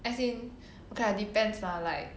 as in okay lah depends lah like